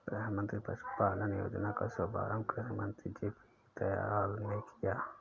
प्रधानमंत्री पशुपालन योजना का शुभारंभ कृषि मंत्री जे.पी दलाल ने किया